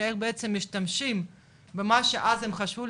שאיך בעצם משתמשים במה שאז הם חשבו,